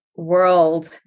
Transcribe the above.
world